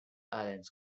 islands